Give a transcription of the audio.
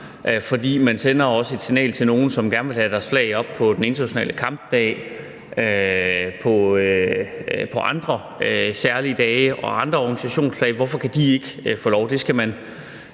for man sender også et signal til nogle, som gerne vil have deres flag op på den internationale kampdag og på andre særlige dage. Og hvorfor kan andre organisationers flag ikke få lov at vaje? Det skal man